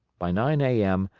by nine a m.